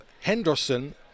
Henderson